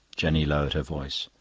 jenny lowered her voice.